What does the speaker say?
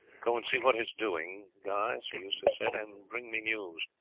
go and see what is doing, guy, sir eustace said, and bring me news.